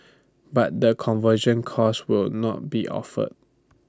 but the conversion course will not be offered